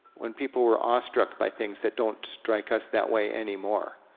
when people were awestruck by things that don't strike us that way anymore.